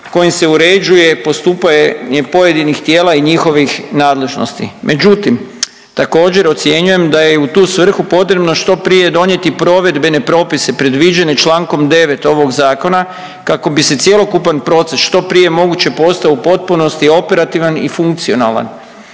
kojim se uređuje postupanje pojedinih tijela i njihovih nadležnosti. Međutim, također, ocjenjujem da je u tu svrhu potrebno što prije donijeti provedbene propise predviđene čl. 9 ovog Zakona kako bi se cjelokupan proces što prije moguće postao u potpunosti operativan i funkcionalan.